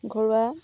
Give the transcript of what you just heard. ঘৰুৱা